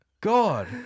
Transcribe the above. God